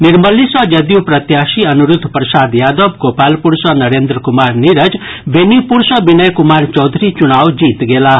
निर्मली सॅ जदयू प्रत्याशी अनिरूद्ध प्रसाद यादव गोपालपुर सॅ नरेन्द्र कुमार नीरज बेनीपुर सॅ विनय कुमार चौधरी चुनाव जीत गेलाह